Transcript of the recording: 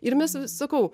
ir mes sakau